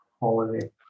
holiday